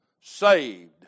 saved